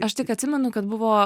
aš tik atsimenu kad buvo